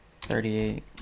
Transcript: thirty-eight